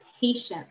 patience